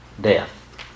death